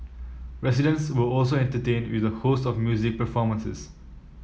residents were also entertained with a host of music performances